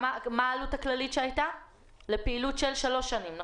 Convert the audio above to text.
מה העלות הכללית שהייתה לפעילות של שלוש שנים?